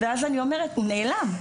ואז אני אומרת הוא נעלם.